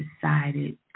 decided